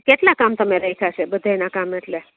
કેટલાં કામ તમે રાખ્યાં છે બધાયનાં કામ એટલે